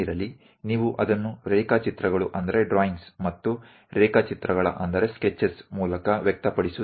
તમારી પાસે જે પણ વિચારો છે તમે તેને ડ્રોઇંગ અને સ્કેચ દ્વારા વ્યક્ત કરો છો